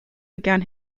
began